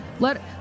Let